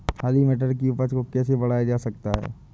हरी मटर की उपज को कैसे बढ़ाया जा सकता है?